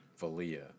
Valia